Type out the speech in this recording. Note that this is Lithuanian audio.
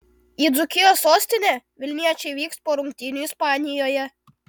į dzūkijos sostinę vilniečiai vyks po rungtynių ispanijoje